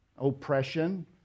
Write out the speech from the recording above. oppression